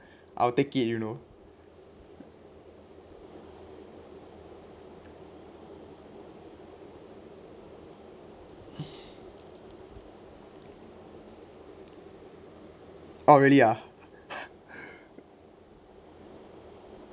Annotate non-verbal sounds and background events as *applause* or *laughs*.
I'll take it you know orh really ah *laughs*